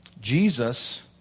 Jesus